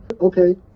Okay